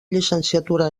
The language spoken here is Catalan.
llicenciatura